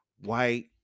White